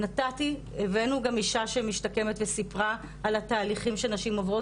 הבאנו גם אישה שמשתקמת וסיפרה על התהליכים שנשים עוברות